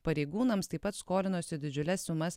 pareigūnams taip pat skolinosi didžiules sumas